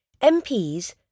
MPs